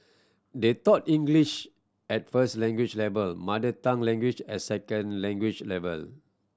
they taught English at first language level mother tongue language at second language level